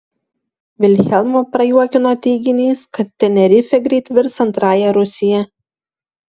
vilhelmą prajuokino teiginys kad tenerifė greit virs antrąja rusija